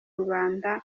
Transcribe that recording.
rubanda